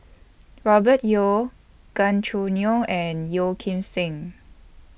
Robert Yeo Gan Choo Neo and Yeo Kim Seng